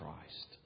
Christ